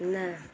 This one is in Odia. ନା